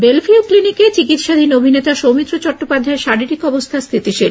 Belle Vue ক্লিনিকে চিকিৎসাধীন অভিনেতা সৌমিত্র চট্টোপাধ্যায়ের শারীরিক অবস্থা স্থিতিশীল